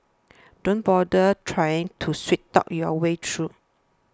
don't bother trying to sweet talk your way through